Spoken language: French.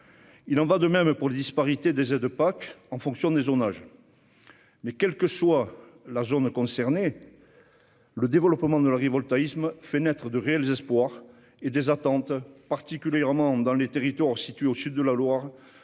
Il en va de même des disparités des aides liées à la PAC en fonction des zonages. Pour autant, quelle que soit la zone concernée, le développement de l'agrivoltaïsme fait naître de réels espoirs et des attentes, particulièrement dans les territoires situés au sud de la Loire,